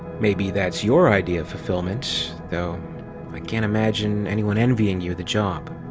maybe that's your idea of fufilment. though i can't imagine anyone envying you the job.